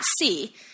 see